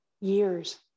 years